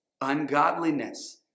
ungodliness